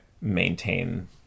maintain